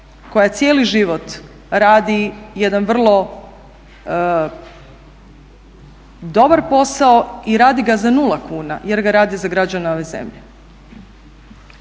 koja cijeli život radi jedan vrlo dobar posao i radi ga za 0 kuna jer ga radi za građane ove zemlje.